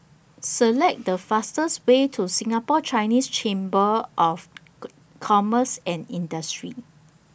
Select The fastest Way to Singapore Chinese Chamber of Commerce and Industry